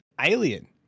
Alien